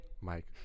Mike